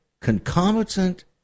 concomitant